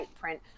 print